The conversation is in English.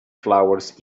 flowers